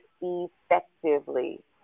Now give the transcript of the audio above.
effectively